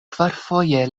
kvarfoje